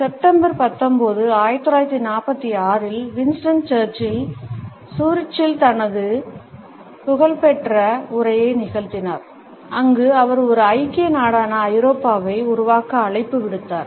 September 19 1946 இல் Winston Churchill சூரிச்சில் தனது புகழ்பெற்ற உரையை நிகழ்த்தினார் அங்கு அவர் ஒரு ஐக்கிய நாடான ஐரோப்பாவை உருவாக்க அழைப்பு விடுத்தார்